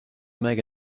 make